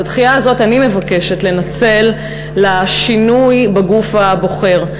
את הדחייה הזאת אני מבקשת לנצל לשינוי בגוף הבוחר.